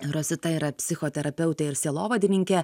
rosita yra psichoterapeutė ir sielovadininkė